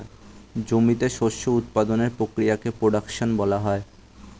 জমিতে শস্য উৎপাদনের প্রক্রিয়াকে প্রোডাকশন বলা হয়